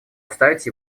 оставить